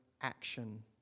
action